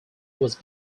was